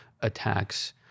attacks